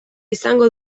izango